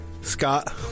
Scott